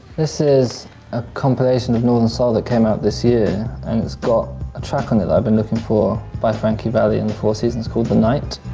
this is a compilation of northern soul that came out this year and it's got a track on it that i've been looking for by frankie valli and the four seasons called the night